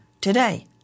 today